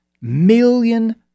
million